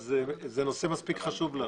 גברתי, זה נושא מספיק חשוב.